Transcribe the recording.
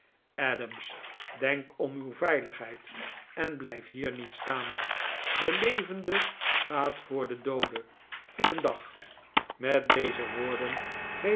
adams denk om uw veiligheid en blijf hier niet staan de levende gaat voor den doode goedendag met deze woorden greep